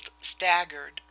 staggered